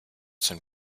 sein